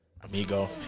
Amigo